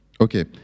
Okay